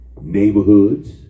neighborhoods